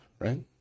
Right